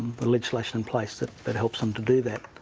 the legislation in place that that helps them to do that.